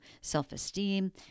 self-esteem